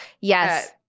yes